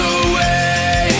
away